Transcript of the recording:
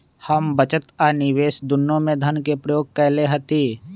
हम बचत आ निवेश दुन्नों में धन के प्रयोग कयले हती